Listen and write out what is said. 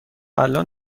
الآن